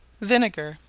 vinegar.